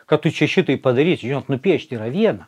kad tu čia šitai padarei čia žinot nupiešti yra viena